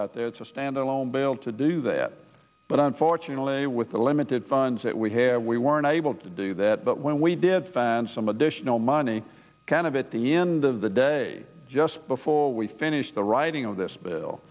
out there it's a standalone bill to do that but unfortunately with the limited funds that we have we weren't able to do that but when we did found some additional money candidate the end of the day just before we finished the writing of this bill